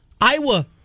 Iowa